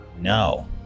No